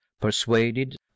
persuaded